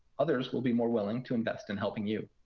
others will be more willing to invest in helping you.